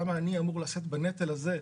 למה עלי לשאת בנטל הזה?